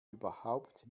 überhaupt